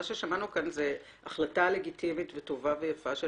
מה ששמענו כאן זה החלטה לגיטימית וטובה ויפה של